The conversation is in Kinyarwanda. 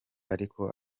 ariko